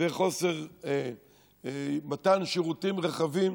ובחוסר מתן שירותים רחבים.